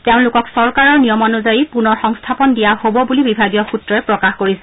তেওঁলোকক চৰকাৰৰ নিয়মানুযায়ী পুনৰসংস্থাপন দিয়া হব বুলি বিভাগীয় সূত্ৰই প্ৰকাশ কৰিছে